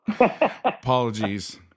Apologies